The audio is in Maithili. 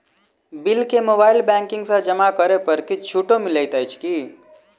बिल केँ मोबाइल बैंकिंग सँ जमा करै पर किछ छुटो मिलैत अछि की?